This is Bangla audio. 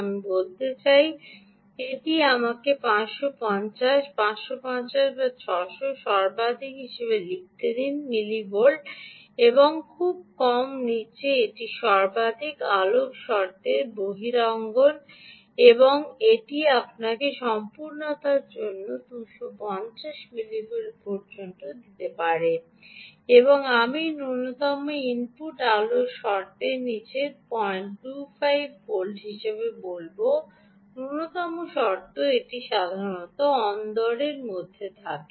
আমি বলতে চাই এটি আমাকে 550 550 বা 600 সর্বাধিকমিলিভোল্ট হিসাবে লিখতে দিন এবং খুব কম নীচে এটি সর্বাধিক আলোক শর্তের বহিরঙ্গন এবং এটি আপনাকে সম্পূর্ণতার জন্য 250 মিলিভোল্ট পর্যন্ত দিতে পারে এবং আমি ন্যূনতম ইনপুট আলোক শর্তের নীচে 025 ভোল্ট হিসাবে বলব ন্যূনতম শর্ত এটি সাধারণত অন্দরের মধ্যে থাকে